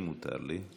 אם מותר לי,